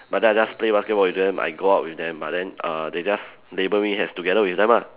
but then I just play basketball with them I go out with them but then err they just labouring has together with them ah